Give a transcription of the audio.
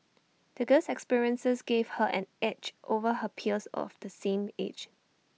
the girl's experiences gave her an edge over her peers of the same age